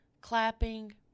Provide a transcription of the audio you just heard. clapping